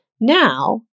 Now